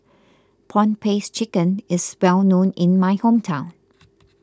Prawn Paste Chicken is well known in my hometown